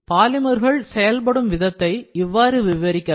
பாலிமர்கள் செயல்படும் விதத்தை இவ்வாறு விவரிக்கலாம்